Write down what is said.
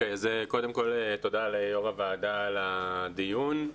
קודם כול, תודה ליושב-ראש הוועדה על הדיון.